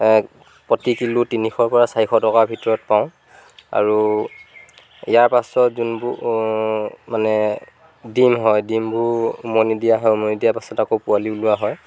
প্ৰতি কিলো তিনিশৰ পৰা চাৰিশ টকাৰ ভিতৰত পাওঁ আৰু ইয়াৰ পাছত যোনবোৰ মানে ডিম হয় ডিমবোৰ উমনি দিয়া হয় উমনি দিয়াৰ পিছত আকৌ পোৱালী উলিওৱা